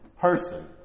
person